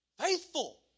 faithful